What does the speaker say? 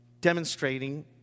demonstrating